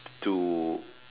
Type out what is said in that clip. to